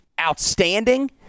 outstanding